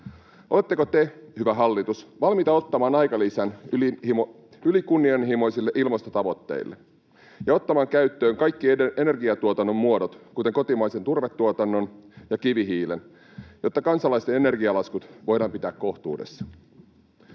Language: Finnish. Oletteko te, hyvä hallitus, valmiita ottamaan aikalisän ylikunnianhimoisille ilmastotavoitteille ja ottamaan käyttöön kaikki energiatuotannon muodot, kuten kotimaisen turvetuotannon ja kivihiilen, jotta kansalaisten energialaskut voidaan pitää kohtuudessa?